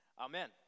amen